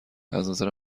ازنظر